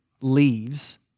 leaves